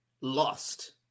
lost